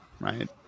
right